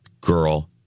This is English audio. Girl